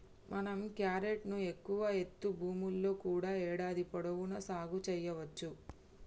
మనం క్యారెట్ ను ఎక్కువ ఎత్తు భూముల్లో కూడా ఏడాది పొడవునా సాగు సెయ్యవచ్చు